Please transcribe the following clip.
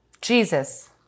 Jesus